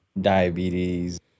diabetes